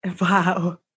Wow